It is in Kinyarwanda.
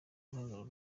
guhagararira